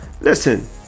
listen